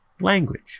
language